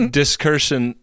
discursion